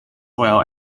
well